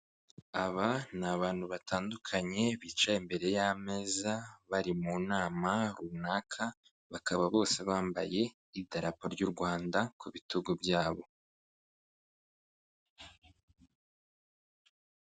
Aba ni abantu batandukanye bicaye imbere y'ameza bari mu nama runaka bakaba bose bambaye idarapo ry'u rwanda ku bitugu byabo.